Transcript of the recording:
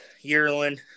yearling